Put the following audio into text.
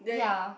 ya